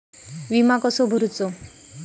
विमा कसो भरूचो?